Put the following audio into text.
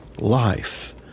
life